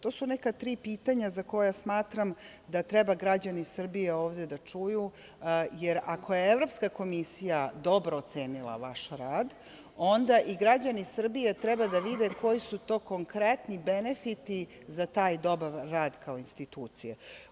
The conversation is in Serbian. To su neka tri pitanja za koja smatram da treba građani Srbije ovde da čuju, jer ako je Evropska komisija dobro ocenila vaš rad, onda i građani Srbije treba da vide koji su to konkretni benefiti za taj dobar rad kao institucije.